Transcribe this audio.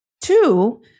Two